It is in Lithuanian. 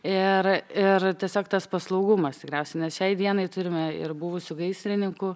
ir ir tiesiog tas paslaugumas tikriausiai nes šiai dienai turime ir buvusių gaisrininkų